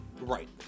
Right